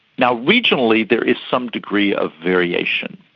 now regionally there is some degree of variation.